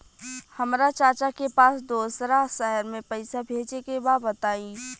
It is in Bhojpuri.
हमरा चाचा के पास दोसरा शहर में पईसा भेजे के बा बताई?